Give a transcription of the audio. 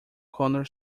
corner